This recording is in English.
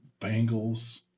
Bengals